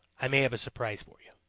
i may have a surprise for you.